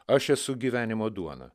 aš esu gyvenimo duona